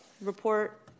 report